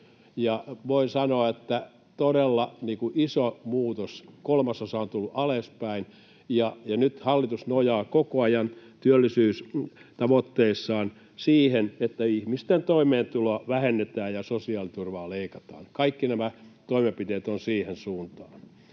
Voin sanoa, että todella iso muutos: kolmasosan on tullut alaspäin. Ja nyt hallitus nojaa koko ajan työllisyystavoitteissaan siihen, että ihmisten toimeentuloa vähennetään ja sosiaaliturvaa leikataan. Kaikki nämä toimenpiteet ovat siihen suuntaan.